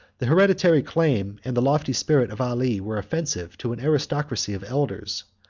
the hereditary claim and lofty spirit of ali were offensive to an aristocracy of elders,